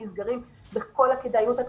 שנסגרים היא בגלל הכדאיות הכלכלית.